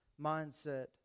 mindset